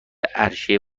عرشه